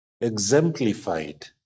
exemplified